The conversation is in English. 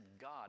God